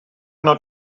not